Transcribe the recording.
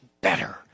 better